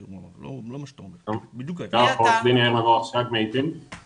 שאפילו כתוב בו שהוא ניתן לנישואים וגירושים ומשרד הפנים מסרב